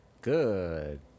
Good